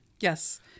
Yes